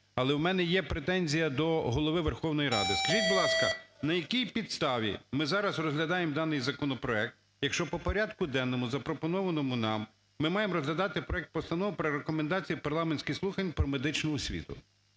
але в мене є претензія до Голови Верховної Ради. Скажіть, будь ласка, на якій підставі ми зараз розглядаємо даний законопроект, якщо по порядку денному, запропонованого нам, ми маємо розглядати проект Постанови про рекомендації парламентських слухань про медичну освіту?